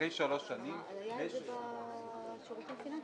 אחרי שלוש שנים --- זה היה בשירותים פיננסיים.